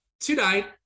tonight